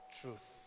truth